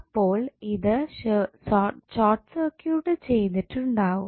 അപ്പോൾ ഇത് short circuit ചെയ്തിട്ടുണ്ടാകും